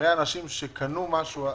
הרי אנשים שקנו משהו,